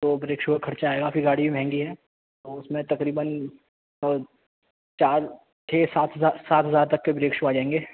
تو brake shoe کا خرچہ آئے گا آپ کی گاڑی بھی مہنگی ہے تو اس میں تقریباً چار چھ سات سات ہزار تک کے بریک شو آ جائیں گے